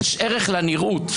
יש ערך לנראות.